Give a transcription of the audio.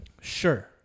Sure